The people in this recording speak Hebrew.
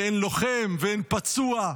ואין לוחם, ואין פצוע,